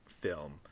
film